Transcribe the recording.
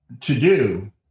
to-do